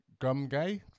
Gumgay